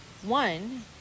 One